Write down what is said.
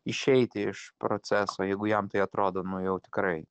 išeiti iš proceso jeigu jam tai atrodo nu jau tikrai